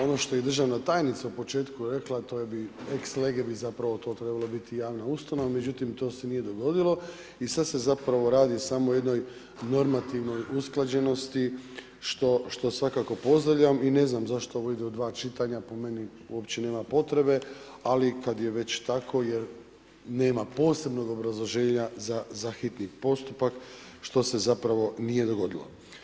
Ono što je i državna tajnica u početku rekla, a to eks lege bi zapravo to trebalo biti javna ustanova, međutim to se nije dogodilo i sad se zapravo radi samo o jednoj normativnoj usklađenosti što svakako pozdravljam i ne znam zašto ovo ide u dva čitanja, po meni uopće nema potrebe, ali kada je već tako nema posebnog obrazložena za hitni postupak što se nije dogodilo.